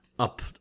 Up